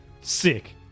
Sick